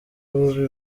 ububi